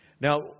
Now